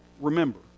remember